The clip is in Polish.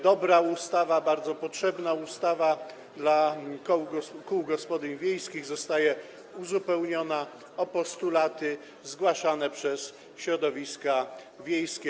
Dobra ustawa, bardzo potrzebna kołom gospodyń wiejskich, zostaje uzupełniona o postulaty zgłaszane przez środowiska wiejskie.